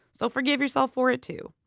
so forgive yourself for it too.